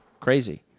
crazy